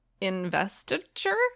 investiture